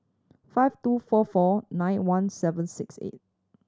five two four four nine one seven six eight